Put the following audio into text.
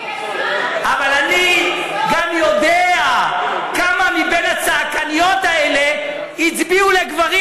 אבל אני גם יודע כמה מבין הצעקניות האלה הצביעו לגברים.